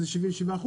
77%,